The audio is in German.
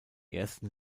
ersten